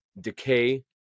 decay